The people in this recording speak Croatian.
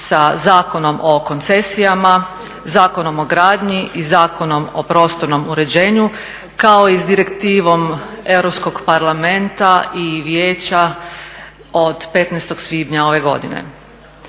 sa Zakonom o koncesijama, Zakonom o gradnji i Zakonom o prostornom uređenju kao i s Direktivom Europskog parlamenta i vijeća od 15. svibnja ove godine.